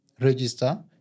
Register